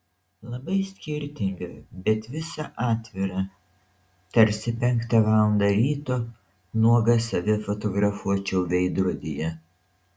labai skirtinga bet visa atvira tarsi penktą valandą ryto nuogas save fotografuočiau veidrodyje